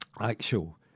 actual